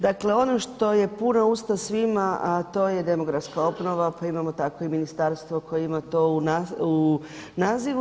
Dakle, ono što je puna usta svima a to je demografska obnova, pa imamo tako i ministarstvo koje ima to u nazivu.